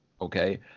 Okay